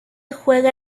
juega